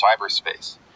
cyberspace